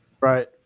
right